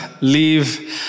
leave